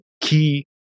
key